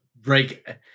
break